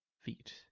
feet